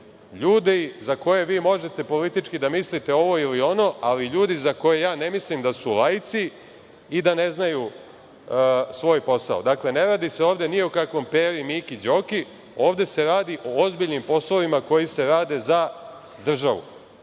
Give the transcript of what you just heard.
ljudi za koje vi možete politički da mislite ovo ili ono, ali ljudi za koje ja ne mislim da su laici i da ne znaju svoj posao. Dakle, ne radi se ovde o nikakvom Peri, Miki, Đoki, ovde se radi o ozbiljnim poslovima koji se rade za državu.